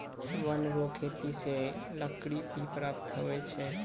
वन रो खेती से लकड़ी भी प्राप्त हुवै छै